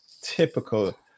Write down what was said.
typical